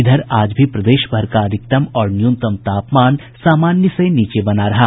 इधर आज भी प्रदेश भर का अधिकतम और न्यूनतम तापमान सामान्य से नीचे बना रहा